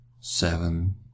Seven